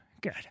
good